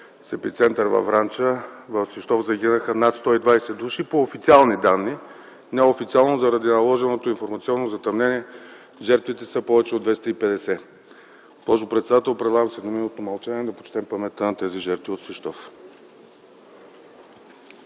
епицентър Вранча, в Свищов загинаха над 120 души – по официални данни. Неофициално, заради наложеното информационно затъмнение, жертвите са повече от 250. Госпожо председател, предлагам с едноминутно мълчание да почетем паметта на тези жертви от Свищов.